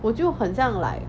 我就很像 like